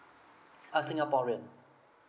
a singaporean